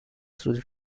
through